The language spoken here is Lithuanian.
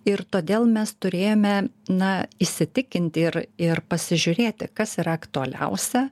ir todėl mes turėjome na įsitikinti ir ir pasižiūrėti kas yra aktualiausia